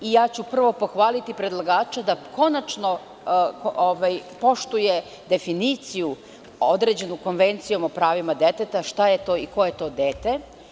Prvo ću pohvaliti predlagača da konačno poštuje definiciju određenu Konvencijom o pravima deteta šta je to i ko je to dete?